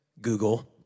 Google